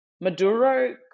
Maduro